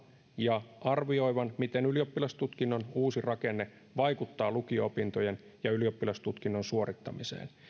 ja arvioi miten ylioppilastutkinnon uusi rakenne vaikuttaa lukio opintojen ja ylioppilastutkinnon suorittamiseen